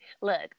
Look